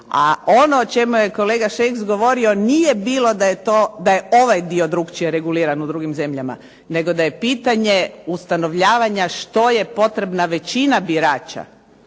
a ono o čemu je kolega Šeks govorio nije bilo da je ovaj dio drukčije reguliran u drugim zemljama nego da je pitanje ustanovljavanja što je potrebna većina birača